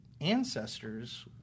ancestors